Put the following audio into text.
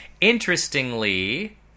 Interestingly